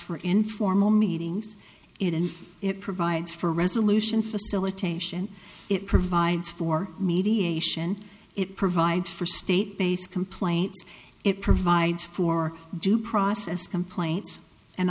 for informal meetings it and it provides for resolution facilitation it provides for mediation it provides for state based complaints it provides for due process complaints and